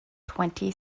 twenty